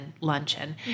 luncheon